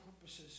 purposes